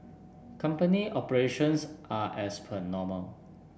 company operations are as per normal